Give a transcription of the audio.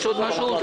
יש עוד משהו?